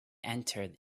enter